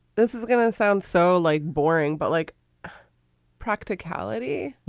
this is gonna sound so like boring, but like practicality,